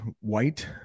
white